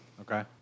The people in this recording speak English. Okay